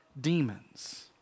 demons